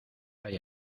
hay